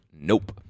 Nope